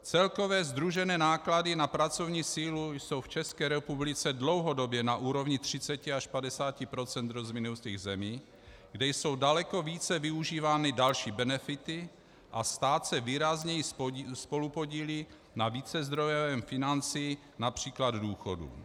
Celkové sdružené náklady na pracovní sílu jsou v České republice dlouhodobě na úrovni 30 až 50 % rozvinutých zemí, kde jsou daleko více využívány další benefity a stát se výrazněji spolupodílí na vícezdrojovém financování například důchodů.